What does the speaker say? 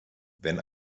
wenn